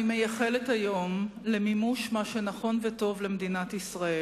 אני מייחלת היום למימוש מה שנכון וטוב למדינת ישראל.